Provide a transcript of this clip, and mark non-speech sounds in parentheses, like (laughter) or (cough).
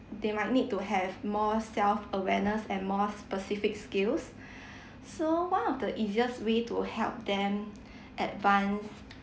they might need to have more self awareness and more specific skills (breath) so one of the easiest way to help them (breath) advance